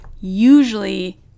usually